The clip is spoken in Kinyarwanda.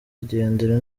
igendere